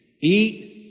Eat